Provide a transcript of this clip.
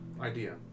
idea